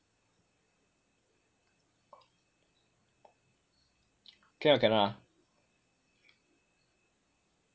can or cannot ah